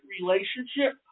relationship